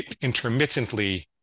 intermittently